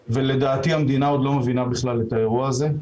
ולדעתי, המדינה עוד לא מבינה בכלל את האירוע הזה.